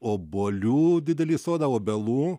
obuolių didelį sodą obelų